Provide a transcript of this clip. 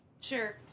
Sure